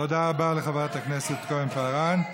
תודה רבה לחברת הכנסת כהן-פארן.